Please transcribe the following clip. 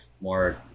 more